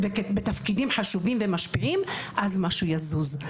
בתפקידים חשובים ומשפיעים אז משהו יזוז.